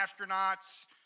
astronauts